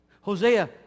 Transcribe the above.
Hosea